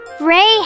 Ray